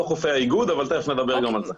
לא חופי האיגוד, אבל תיכף נדבר גם על זה.